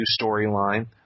storyline